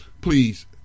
please